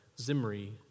Zimri